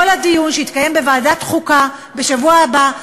לדיון שיתקיים בוועדת החוקה בשבוע הבא,